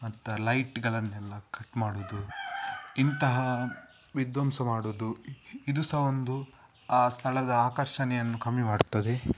ಮತ್ತೆ ಆ ಲೈಟ್ಗಳನ್ನೆಲ್ಲ ಕಟ್ ಮಾಡೋದು ಇಂತಹ ವಿದ್ವಂಸ ಮಾಡೋದು ಇದು ಸಹ ಒಂದು ಆ ಸ್ಥಳದ ಆಕರ್ಷಣೆಯನ್ನು ಕಮ್ಮಿ ಮಾಡ್ತದೆ